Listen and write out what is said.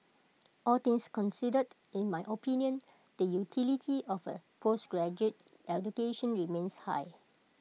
all things considered in my opinion the utility of A postgraduate education remains high